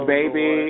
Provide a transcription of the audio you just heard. Baby